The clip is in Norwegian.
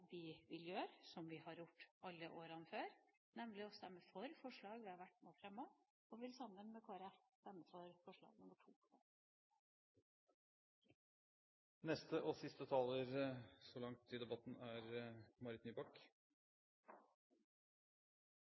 vil gjøre som vi har gjort i alle år, nemlig å stemme for det forslaget vi har vært med på å fremme. Vi vil også, sammen med Kristelig Folkeparti, stemme for forslag